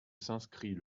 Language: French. s’inscrit